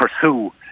pursue